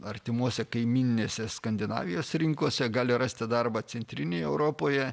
artimose kaimyninėse skandinavijos rinkose gali rasti darbą centrinėje europoje